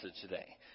today